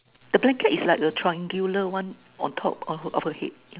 the blanket is like the triangular one on top of of her head